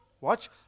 Watch